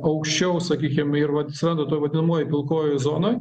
aukščiau sakykim ir vat atsiranda toj vadinamoj pilkojoj zonoj